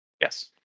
Yes